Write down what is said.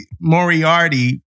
Moriarty